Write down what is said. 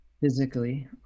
Physically